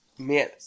Man